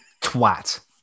Twat